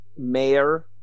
mayor